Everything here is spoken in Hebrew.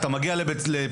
אתה מגיע לפנימיה,